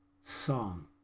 song